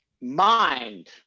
mind